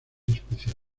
especiales